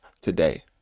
today